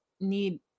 need